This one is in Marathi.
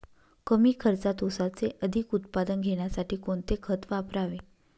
कमी खर्चात ऊसाचे अधिक उत्पादन घेण्यासाठी कोणते खत वापरावे?